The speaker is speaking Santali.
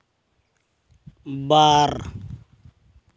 ᱵᱟᱨ